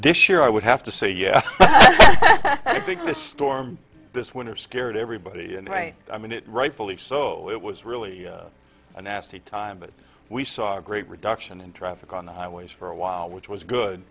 this year i would have to say yeah i think this storm this winter scared everybody and right i mean it rightfully so it was really a nasty time but we saw a great reduction in traffic on the highways for a while which was good